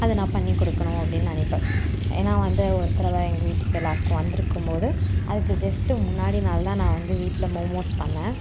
அதை நான் பண்ணி கொடுக்கணும் அப்படின்னு நினைப்பேன் ஏன்னால் வந்து ஒரு தடவ எங்கள் வீட்டுக்கு எல்லாேருக்கும் வந்திருக்கம்போது அதுக்கு ஜெஸ்ட்டு முன்னாடி நாள்தான் நான் வந்து வீட்டில் மோமோஸ் பண்ணிணேன்